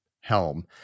helm